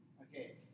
Okay